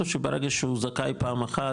או שברגע שהוא זכאי פעם אחת,